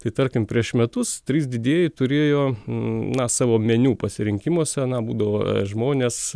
tai tarkim prieš metus trys didieji turėjo na savo meniu pasirinkimuose na būdavo žmonės